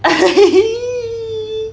I